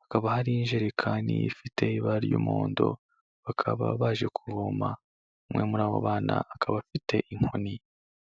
hakaba hari injerekani ifite ibara ry'umuhondo, bakaba baje kuvoma, umwe muri abo bana akaba afite inkoni.